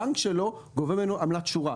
גובה ממנו עמלת שורה.